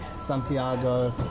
Santiago